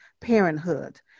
Parenthood